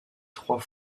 trois